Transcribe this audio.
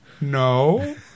No